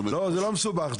לא, זה לא מסובך.